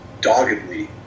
doggedly